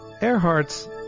Earhart's